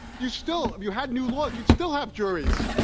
you still if you had new laws, you'd still have juries,